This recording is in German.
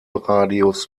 radius